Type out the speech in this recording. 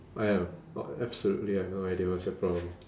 !aiya! what absolutely I have no idea what's your problem